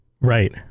Right